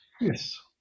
Yes